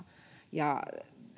ja